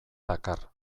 dakar